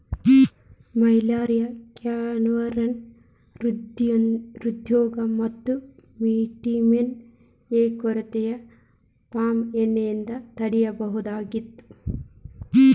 malaria cancer ಹ್ರೃದ್ರೋಗ ಮತ್ತ vitamin A ಕೊರತೆನ ಪಾಮ್ ಎಣ್ಣೆಯಿಂದ ತಡೇಬಹುದಾಗೇತಿ